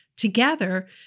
together